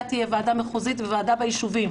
תהיה ועדה מחוזית וועדה ביישובים,